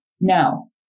no